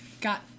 got